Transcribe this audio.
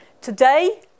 Today